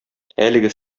әлеге